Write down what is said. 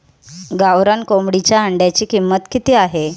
गावरान कोंबडीच्या अंड्याची किंमत किती आहे?